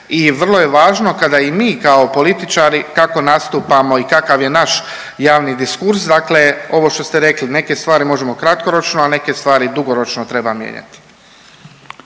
vrlo je važno kada i mi kao političari kako nastupamo i kakav je naš javni diskurs, dakle ovo što ste rekli neke stvari možemo kratkoročno, a neke stvari dugoročno treba mijenjati.